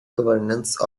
governance